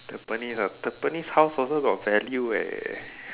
Tampines lah Tampines house also got value eh